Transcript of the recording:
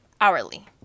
hourly